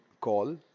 call